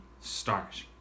start